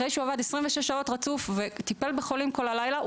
אחרי שהוא עבד 26 שעות רצוף וטיפל בחולים כל הלילה,